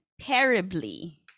terribly